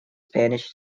spanish